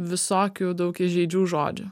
visokių daug įžeidžių žodžių